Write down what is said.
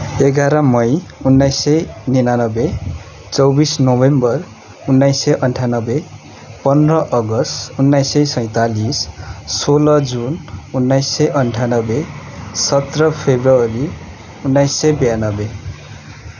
एघार मई उन्नाइस सय निनानब्बे चौबिस नोभेमेबर उन्नाइस सय अन्ठानब्बे पन्ध्र अगस्ट उन्नाइस सय सैँतालिस सोह्र जुन उन्नाइस सय अन्ठान्नब्बे सत्र फब्रुअरी उन्नाइस सय बयान्नब्बे